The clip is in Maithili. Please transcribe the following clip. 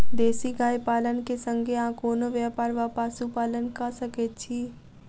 देसी गाय पालन केँ संगे आ कोनों व्यापार वा पशुपालन कऽ सकैत छी?